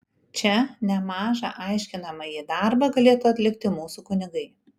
čia nemažą aiškinamąjį darbą galėtų atlikti mūsų kunigai